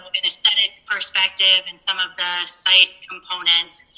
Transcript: an aesthetic perspective and some of the site components.